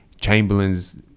chamberlain's